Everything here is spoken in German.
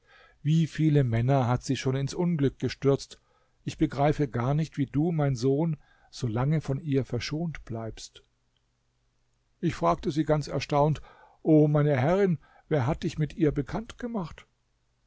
wie viele männer hat sie schon ins unglück gestürzt ich begreife gar nicht wie du mein sohn solange von ihr verschont bleibst ich fragte sie ganz erstaunt o meine herrin wer hat dich mit ihr bekannt gemacht